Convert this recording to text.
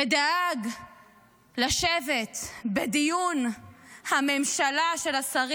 ודאג לשבת בדיון של שרי